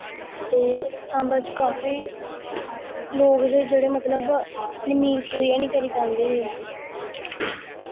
ते साम्बा च काफी लोक हे जेह्ड़े मतलब अपनी मील पूरी हैनी करी पांदे हे